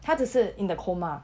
他只是 in a coma